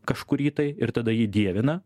kažkurį tai ir tada jį dievina